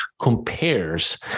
compares